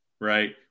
right